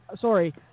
sorry